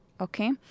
Okay